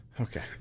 Okay